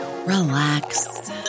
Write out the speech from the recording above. relax